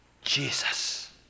Jesus